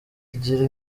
igira